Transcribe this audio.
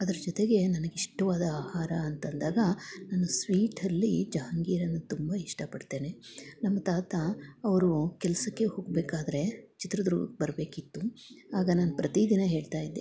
ಅದ್ರ ಜೊತೆಗೇ ನನಗೆ ಇಷ್ಟವಾದ ಆಹಾರ ಅಂತಂದಾಗ ನಾನು ಸ್ವೀಟಲ್ಲಿ ಜಹಾಂಗೀರನ್ನು ತುಂಬ ಇಷ್ಟಪಡ್ತೇನೆ ನಮ್ಮ ತಾತ ಅವರು ಕೆಲಸಕ್ಕೆ ಹೋಗಬೇಕಾದ್ರೆ ಚಿತ್ರದುರ್ಗಕ್ಕೆ ಬರಬೇಕಿತ್ತು ಆಗ ನಾನು ಪ್ರತಿ ದಿನ ಹೇಳ್ತಾಯಿದ್ದೆ